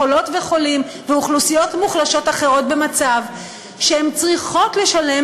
חולות וחולים ואוכלוסיות מוחלשות אחרות במצב שהן צריכות לשלם,